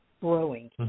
growing